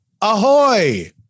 Ahoy